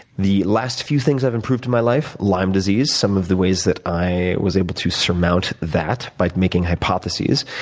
the last few things i've improved in my life, lyme disease, some of the ways that i was able to surmount that by making hypotheses.